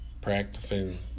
practicing